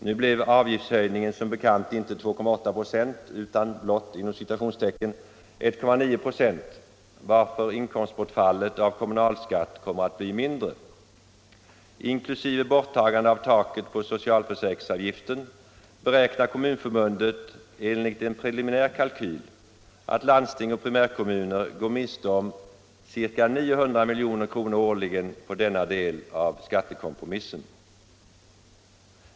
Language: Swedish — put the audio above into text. Nu blev avgiftshöjningen som bekant inte 2,8 26 utan ”blott” 1,9 96, varför inkomstbortfallet av kommunalskatt kommer att bli mindre. Inklusive borttagandet av taket på socialförsäkringsavgifterna beräknar Kommunförbundet enligt en preliminär kalkyl att landsting och primärkommuner går miste om ca 900 milj.kr. årligen på denna del av skattekompromissen.